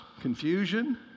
confusion